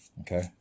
Okay